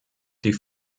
die